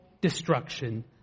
destruction